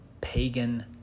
pagan